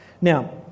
Now